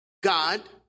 God